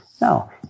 No